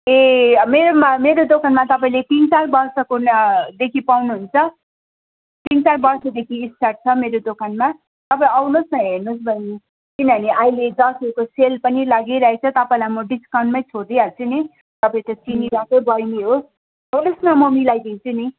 ए मेरोमा मेरो दोकानमा तपाईँले तिन चार वर्षको देखि पाउनु हुन्छ तिन चार वर्षदेखि स्टार्ट छ मेरो दोकानमा तपाईँ आउनु होस् न हेर्नु होस् बहिनी किनभने अहिले दसैँको सेल पनि लागिरहेको छ तपाईँलाई म डिस्काउन्टमै छोडदिहाल्छु नि तपाईँ त्यो चिनिरहेकै बहिनी हो आउनु होस् म मिलाई दिन्छु नि